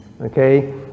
Okay